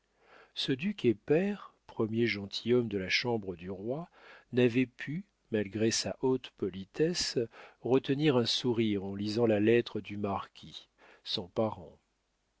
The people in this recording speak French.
ce duc et pair premier gentilhomme de la chambre du roi n'avait pu malgré sa haute politesse retenir un sourire en lisant la lettre du marquis son parent